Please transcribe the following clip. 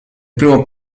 primo